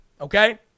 Okay